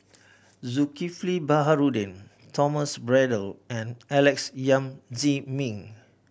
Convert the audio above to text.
Zulkifli Baharudin Thomas Braddell and Alex Yam Ziming